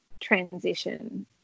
transition